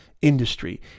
industry